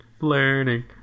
learning